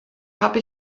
habe